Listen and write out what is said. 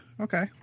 okay